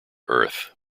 earth